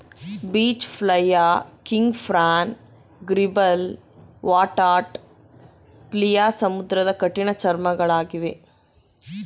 beach flea, king prawn, gribble, water flea ಸಮುದ್ರದ ಕಠಿಣ ಚರ್ಮಿಗಳಗಿವೆ